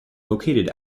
located